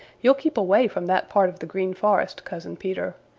you'll keep away from that part of the green forest, cousin peter.